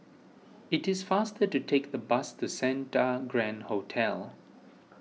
it is faster to take the bus to Santa Grand Hotel